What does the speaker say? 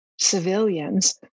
civilians